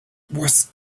was